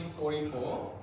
1944